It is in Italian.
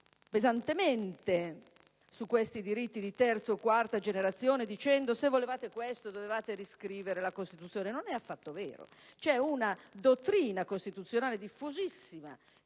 pesantemente su tali diritti di terza o quarta generazione, dicendo: "Se volevate questo, dovevate riscrivere la Costituzione". Non è affatto vero: c'è una dottrina costituzionale molto diffusa